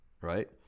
right